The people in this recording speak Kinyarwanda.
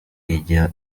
ijya